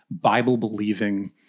Bible-believing